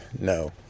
no